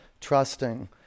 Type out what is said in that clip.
Trusting